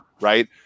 right